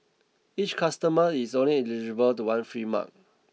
each customer is only eligible to one free mug